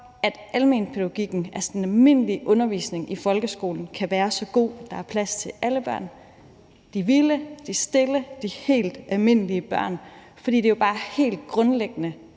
at almenpædagogikken, altså den almindelige undervisning i folkeskolen, kan være så god, at der er plads til alle børn – de vilde, de stille og de helt almindelige børn – fordi det jo bare helt grundlæggende